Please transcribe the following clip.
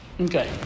Okay